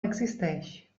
existeix